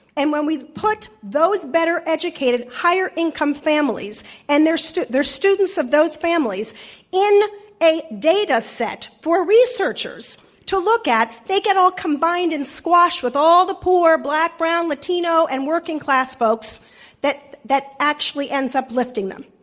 and when we've put those better educated, higher income families and their so their students of those families in a dataset for researchers to look at, they get all combined and squashed with all the poor black, brown, latino, and working class folks that that actually ends up lifting them.